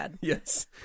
Yes